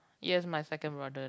yes my second brother